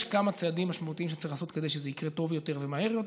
יש כמה צעדים משמעותיים שצריך לעשות כדי שזה יקרה טוב יותר ומהר יותר,